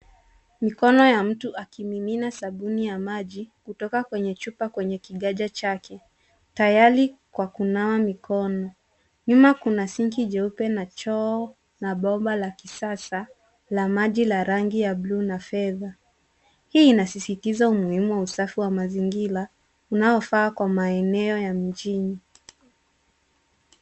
Mikono ya mtu akimimina sabuni ya maji kutoka kwenye chupa kwenye kiganja chake tayari kwa kunawa mikono. Nyuma kuna sinki jeupe na choo na bomba la kisasa la maji la rangi ya bluu na fedha hii inasisitiza umuhimu wa usafi wa mazingira unaofaa kwa maeneo ya mjini.